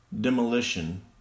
demolition